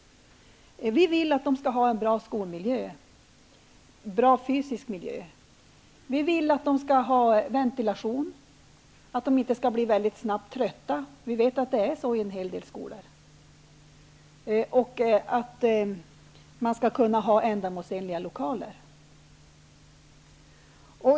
Vi vill att de skall ha en bra skolmiljö, en bra fysisk miljö. Vi vill att de skall ha ventilation, att de inte väldigt snabbt skall bli trötta, vilket vi vet är fallet i en hel del skolor, och att lokalerna skall vara ändamålsenliga.